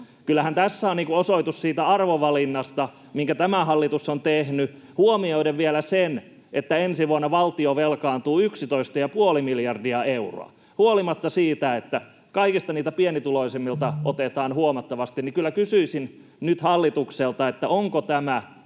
Kyllähän tässä on osoitus siitä arvovalinnasta, minkä tämä hallitus on tehnyt, huomioiden vielä sen, että ensi vuonna valtio velkaantuu 11,5 miljardia euroa — huolimatta siitä, että kaikista pienituloisimmilta otetaan huomattavasti. Kyllä kysyisin nyt hallitukselta: onko tämä